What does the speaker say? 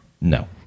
No